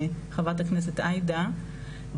חה"כ עאידה,